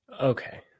Okay